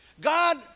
God